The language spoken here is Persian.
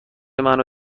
منو